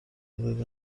خرداد